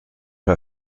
her